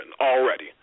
already